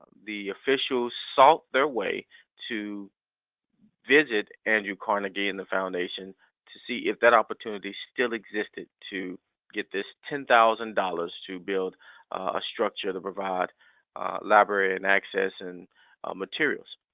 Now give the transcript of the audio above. the officials sought their way to visit andrew carnegie and the foundation to see if that opportunity still existed to get this ten thousand dollars to build a structure to provide library and access and materials.